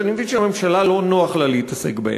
שאני מבין שהממשלה לא נוח לה להתעסק בהן.